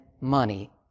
money